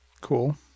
Cool